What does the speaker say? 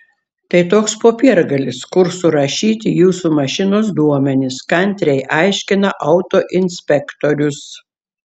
tai toks popiergalis kur surašyti jūsų mašinos duomenys kantriai aiškina autoinspektorius